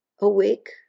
awake